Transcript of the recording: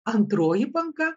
antroji banga